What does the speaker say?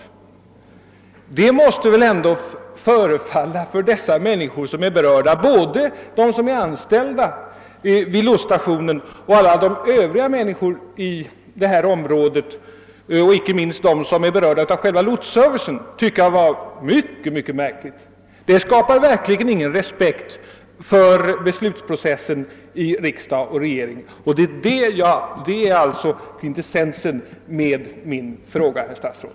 Ett sådant förfarande måste ändå förefalla mycket märkligt för de personer som är berörda, d. v. s. de som är anställda vid lotsstationen och alla övriga människor inom området, inte minst de som själva har nytta av lotsservicen. Det skapar verkligen ingen respekt för beslutsprocessen i regering och riksdag. Och det är det som är kvintessensen med min fråga, herr statsråd!